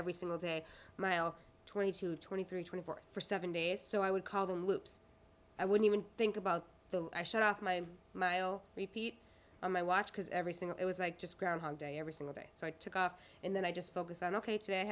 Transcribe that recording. every single day mile twenty two twenty three twenty four for seven days so i would call them loops i would even think about the i shot my mile repeat on my watch because every single it was like just groundhog day every single day so i took off and then i just focused on ok to